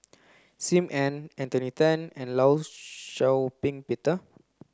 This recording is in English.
Sim Ann Anthony Then and Law Shau Ping Peter